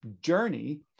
journey